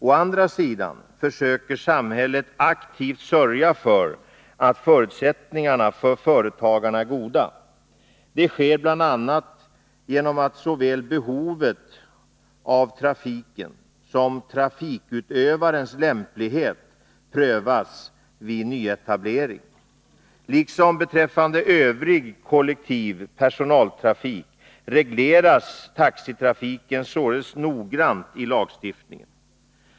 Å andra sidan försöker samhället aktivt sörja för att förutsättningarna för företagarna är goda. Det sker bl.a. genom att såväl behovet av trafiken som trafikutövarens lämplighet prövas vid nyetablering. — Liksom beträffande övrigt kollektiv persontrafik regleras taxitrafiken således noggrant i lagstiftningen.